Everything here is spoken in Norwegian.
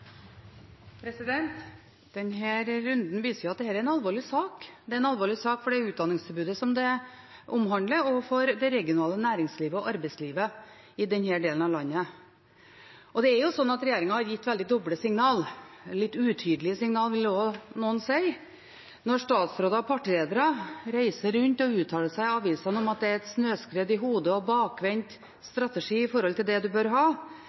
en alvorlig sak. Det er en alvorlig sak for det utdanningstilbudet det omhandler og for det regionale nærings- og arbeidslivet i denne delen av landet. Det er slik at regjeringen har gitt veldig doble signaler – litt utydelige signaler, vil også noen si. Når statsråder og partiledere reiser rundt og uttaler seg i avisene om at det kom som et snøskred i hodet på dem, og at det er en bakvendt strategi i forhold til det en bør ha,